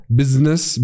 business